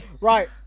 Right